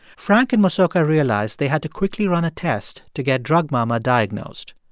frank and mosoka realized they had to quickly run a test to get drug mama diagnosed,